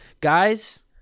guys